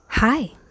Hi